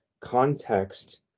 context